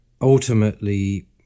ultimately